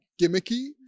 gimmicky